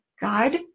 God